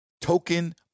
token